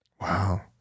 Wow